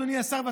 אדוני השר,